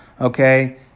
okay